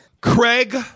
Craig